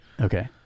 Okay